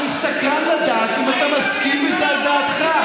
אני סקרן לדעת אם אתה מסכים וזה על דעתך.